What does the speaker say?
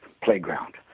playground